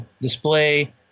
display